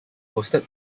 posted